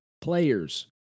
players